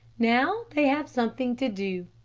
now they have something to do,